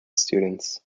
students